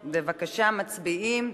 בבקשה, מצביעים.